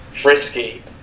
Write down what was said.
frisky